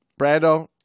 Brando